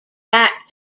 back